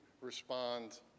respond